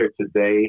today